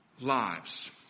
lives